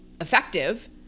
effective